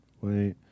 Wait